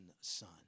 son